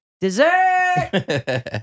dessert